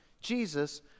Jesus